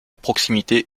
proximité